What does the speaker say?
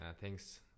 Thanks